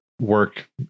Work